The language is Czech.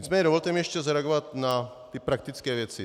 Nicméně dovolte mi ještě zareagovat na ty praktické věci.